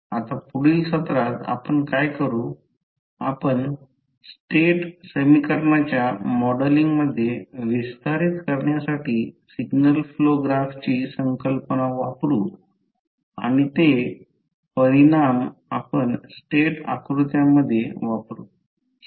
आता पुढील सत्रात आपण काय करू आपण स्टेट समीकरणाच्या मॉडेलिंगमध्ये विस्तारित करण्यासाठी सिग्नल फ्लो ग्राफची संकल्पना वापरु आणि ते परिणाम आपण स्टेट आकृत्यामध्ये वापरू